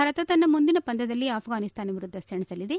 ಭಾರತ ತನ್ನ ಮುಂದಿನ ಪಂದ್ಯದಲ್ಲಿ ಆಫ್ಲಾನಿಸ್ತಾನ ವಿರುದ್ಧ ಸೆಣಸಲಿದೆ